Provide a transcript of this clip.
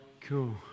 Cool